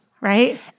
right